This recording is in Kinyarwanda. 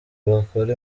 bakora